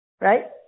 Right